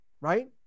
Right